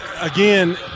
again